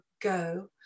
go